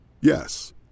Yes